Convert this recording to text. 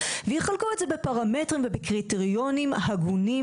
ויחלקו את זה בפרמטרים ובקריטריונים הגונים,